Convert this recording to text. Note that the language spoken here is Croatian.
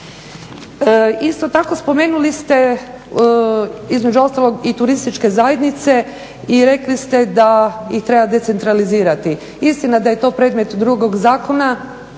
Isto tako spomenuli ste između ostalog i turističke zajednice i rekli ste da ih treba decentralizirati. Istina da je to predmet drugog zakona,